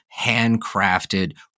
handcrafted